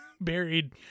buried